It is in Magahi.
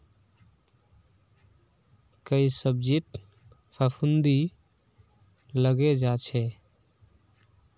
कई सब्जित फफूंदी लगे जा छे